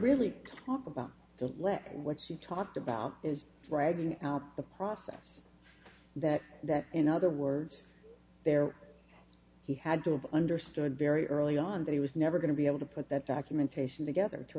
really talk about what she talked about in writing the process that that in other words there he had to have understood very early on that he was never going to be able to put that documentation together to